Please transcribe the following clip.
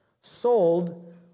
sold